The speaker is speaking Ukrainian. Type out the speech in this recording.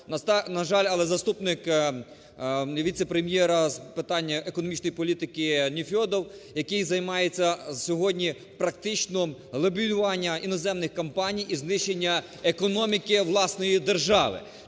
На жаль, але заступник віце-прем'єра з питань економічної політики Нефьодов, який займається сьогодні практично лобіюванням іноземних компаній і знищення економіки власної держави.